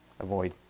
avoid